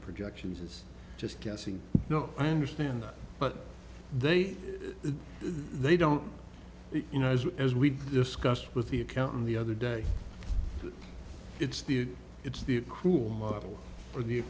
projections it's just guessing no i understand but they they don't you know as we've discussed with the accountant the other day it's the it's the cruel model or the